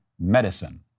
medicine